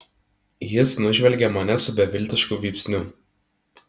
jis nužvelgė mane su beviltišku vypsniu